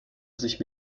sich